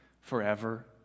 forever